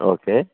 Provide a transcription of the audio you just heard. okay